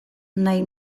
nahi